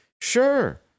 sure